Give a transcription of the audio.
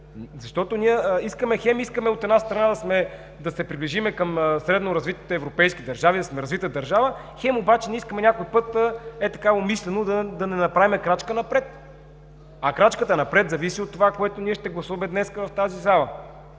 защото ние хем искаме, от една страна, да се приближим към средно развитите европейски държави, да сме развита държава, хем обаче не искаме някой път, ей така умишлено, да не направим крачка напред, а крачката напред зависи от това, което ние днес ще гласуваме в тази зала.